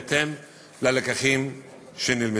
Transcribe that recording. בהתאם ללקחים שנלמדו.